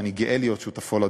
שאני גאה להיות שותפו לדרך,